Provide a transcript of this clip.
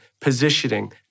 positioning